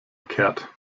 kehrt